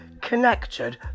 Connected